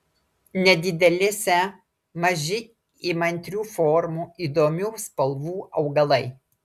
nedidelėse maži įmantrių formų įdomių spalvų augalai